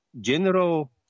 General